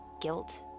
guilt